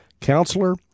Counselor